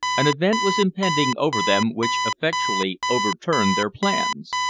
an event was impending over them which effectually overturned their plans.